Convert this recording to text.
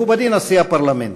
מכובדי נשיא הפרלמנט,